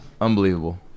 Unbelievable